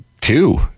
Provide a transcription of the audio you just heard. two